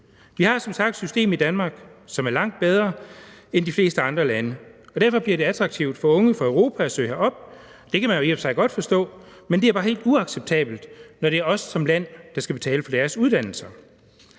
Vi har som sagt et system i Danmark, som er langt bedre end i de fleste andre lande, og derfor bliver det attraktivt for unge fra Europa at søge herop. Det kan man jo i og for sig godt forstå, men det er bare helt uacceptabelt, når det er os som land, der skal betale for deres uddannelser.